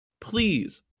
Please